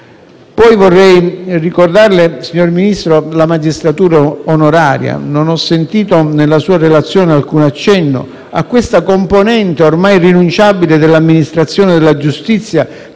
Vorrei poi ricordarle, signor Ministro, la magistratura onoraria: non ho sentito nella sua relazione alcun accenno a questa componente ormai irrinunciabile dell'amministrazione della giustizia,